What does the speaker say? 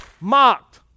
mocked